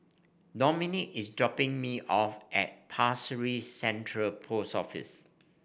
Dominik is dropping me off at Pasir Ris Central Post Office